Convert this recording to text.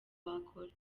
wakora